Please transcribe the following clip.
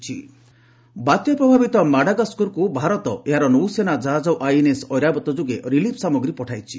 କୟଶଙ୍କର Madagascar ବାତ୍ୟା ପ୍ରଭାବିତ ମାଡାଗାସ୍କରକୁ ଭାରତ ଏହାର ନୌସେନା ଜାହାଜ ଆଇଏନଏସ୍ ଐରାବତ୍ ଯୋଗେ ରିଲିଫ ସାମଗ୍ରୀ ପଠାଇଛି